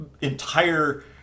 entire